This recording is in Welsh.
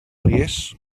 plîs